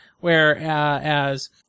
whereas